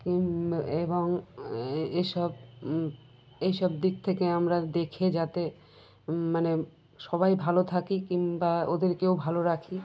এবং এ সব এই সব দিক থেকে আমরা দেখে যাতে মানে সবাই ভালো থাকি কিংবা ওদেরকেও ভালো রাখি